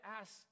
ask